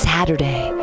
Saturday